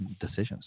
decisions